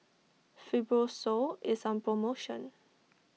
Fibrosol is on promotion